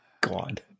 God